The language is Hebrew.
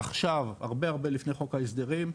עכשיו הרבה הרבה לפני חוק ההסדרים,